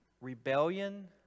Rebellion